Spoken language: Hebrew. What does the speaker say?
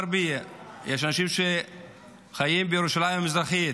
בערבית); יש אנשים שחיים בירושלים המזרחית,